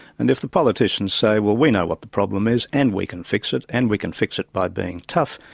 and if the politicians say, well we know what the problem is and we can fix it, and we can fix it by being tough',